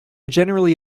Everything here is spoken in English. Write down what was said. generally